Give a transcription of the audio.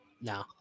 No